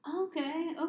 Okay